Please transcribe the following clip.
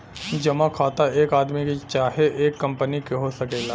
जमा खाता एक आदमी के चाहे एक कंपनी के हो सकेला